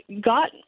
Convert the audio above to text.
got